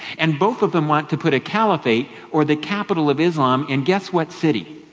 and both of them want to put a caliphate, or the capital of islam, in guess what city,